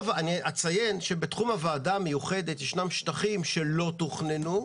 אני אציין שבתחום הוועדה המיוחדת יש שטחים שלא תוכננו.